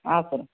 ಹಾಂ ಸರ